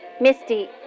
Misty